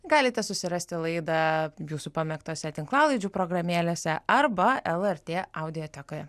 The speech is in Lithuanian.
galite susirasti laidą jūsų pamėgtose tinklalaidžių programėlėse arba lrt audiotekoje